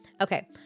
Okay